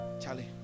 Charlie